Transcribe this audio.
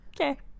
okay